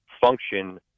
function